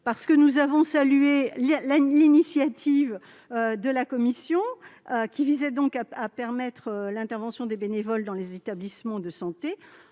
pareil ! Nous avions salué l'initiative de la commission, qui visait à permettre l'intervention des bénévoles dans les établissements de santé.